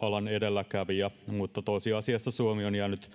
alan edelläkävijä mutta tosiasiassa suomi on jäänyt